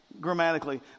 grammatically